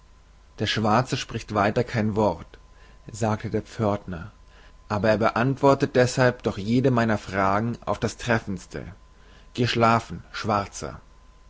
der schwarze spricht weiter kein wort sagte der pförtner aber er beantwortet deshalb doch jede meiner fragen auf das treffendste geh schlafen schwarzer